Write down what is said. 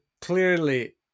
clearly